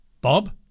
Bob